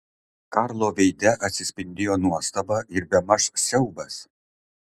karlo veide atsispindėjo nuostaba ir bemaž siaubas